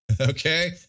okay